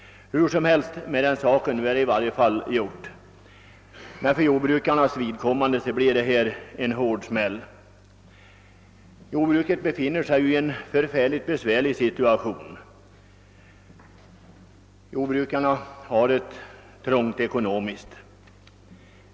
Men gjort är gjort. För jordbrukarna blev stoppet emellertid en hård smäll. Jordbrukarna befinner sig nu i en mycket besvärlig situation och har det trångt ekonomiskt.